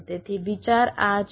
તેથી વિચાર આ છે